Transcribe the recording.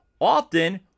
Often